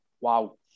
wow